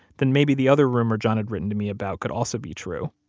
then maybe the other rumor john had written to me about could also be true,